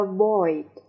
Avoid